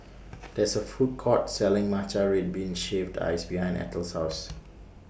There IS A Food Court Selling Matcha Red Bean Shaved Ice behind Eithel's House